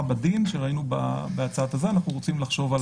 בדין שראינו בהצעה הזאת אנחנו רוצים לחשוב.